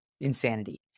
insanity